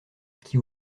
qui